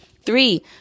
Three